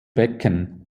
becken